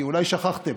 כי אולי שכחתם.